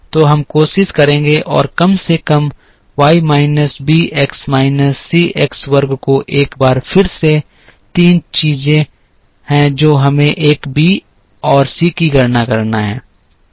तो हम कोशिश करेंगे और कम से कम Y minus B X minus C X वर्ग को एक बार फिर से तीन चीजें हैं जो हमें एक बी और सी की गणना करना है